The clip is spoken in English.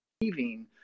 Leaving